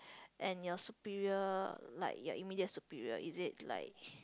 and your superior like your immediate superior is it like